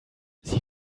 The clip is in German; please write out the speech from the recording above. sie